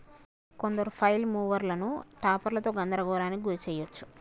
కొందరు ఫ్లైల్ మూవర్లను టాపర్లతో గందరగోళానికి గురి చేయచ్చు